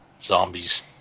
Zombies